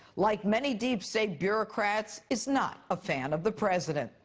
like many deep state bureaucrats, is not a fan of the president.